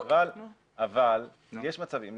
אבל יש מצבים.